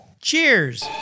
Cheers